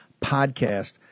podcast